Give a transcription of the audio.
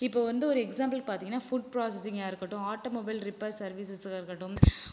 இப்போ வந்து ஒரு எக்ஸாம்பிளுக்கு பார்த்தீங்கனா ஃபுட் ப்ராசஸிங்காக இருக்கட்டும் ஆட்டோ மொபைல் ரிப்பர் சர்வீசஸாக இருக்கட்டும்